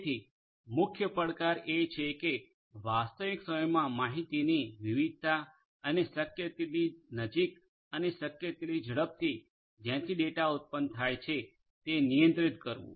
તેથી મુખ્ય પડકાર એ છે કે વાસ્તવિક સમયમા માહિતીની વિવિધતા અને શક્ય તેટલી નજીક અને શક્ય તેટલી ઝડપથી જ્યાંથી ડેટા ઉત્પન્ન થાય છે તે નિયંત્રિત કરવું